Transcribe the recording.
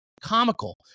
comical